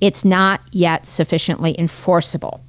it's not yet sufficiently enforceable,